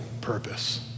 purpose